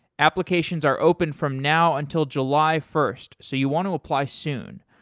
applications are open from now until july first, so you want to apply soon.